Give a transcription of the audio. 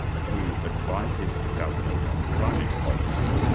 who advises the government on climate policy,